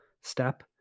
step